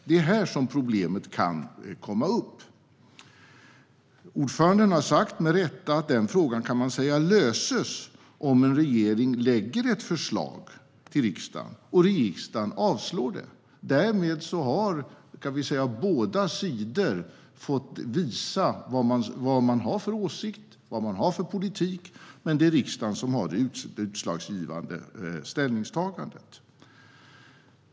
Det är här som problemet kan komma upp. Ordföranden har med rätta sagt att den frågan löses om en regering lägger fram ett förslag i riksdagen och riksdagen avslår det. Därmed har båda sidor fått visa vad de har för åsikt och politik, men det är riksdagen som gör det utslagsgivande ställningstagandet.